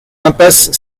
impasse